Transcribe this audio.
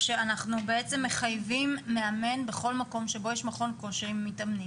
בעצם מחייבים מאמן בכל מקום שיש בו מכון כושר עם מתאמנים